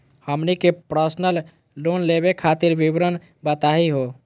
हमनी के personal loan लेवे खातीर विवरण बताही हो?